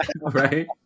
Right